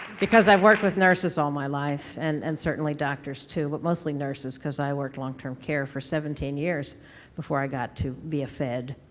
because i worked with nurses all my life and and certainly doctors, too, but mostly nurses, because i worked long-term care for seventeen years before i got to be a fed.